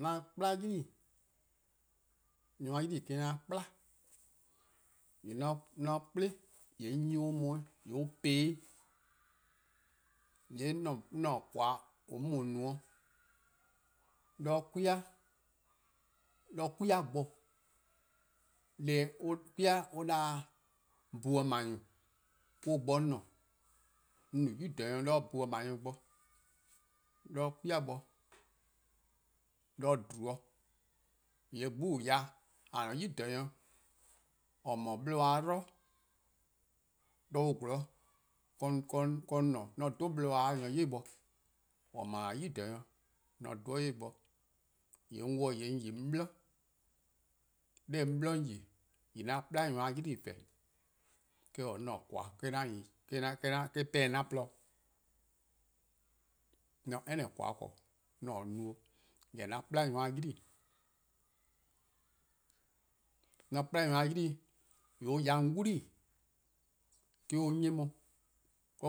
'An tba 'tiei:, nyor+-a 'tiei: me-: 'an tba. :yee' :mor 'on tba-ih :yee' 'on 'nyi-ih on 'weh 'de an pa-ih. :yee' 'an :koan: 'on mu-a no 'da 'de 'kwi-a bo, 'deh 'kwi-a 'da-dih-a bhu 'ble-nyor:mo-: 'korn bo 'on :ne. 'On no nyor-klaba' 'do buh 'ble nyor+ bo 'de 'kwi-a bo 'de :dhlubor. :yee' 'gbu :on :korn ya :a-a: nyor-klaba' :or no-a 'bluhba-a 'blu, 'de on 'zorn 'de :wor 'on :ne 'an 'dhu 'bluhba-a nyor 'yli-eh bo, :or no-a nyor-klaba 'an 'dhu-or 'yli-eh bo. :yeh 'on 'wluh-a 'o :yee' 'on yi 'on 'bli. 'Nor 'on 'bli 'on yi-a :yee' 'an tba nyor+-a 'tiei:, eh-: no 'an :koan: 'an no, eh-: 'pehn-dih 'an :porluh-dih, 'on se any :koan: 'ble 'on 'ye no. Jorwor 'an tba nyor-a' 'tiei:. :mor 'on tba nyor+-a' 'tiei: :yee' an ya 'on 'wlii me-: 'an 'nyi 'on.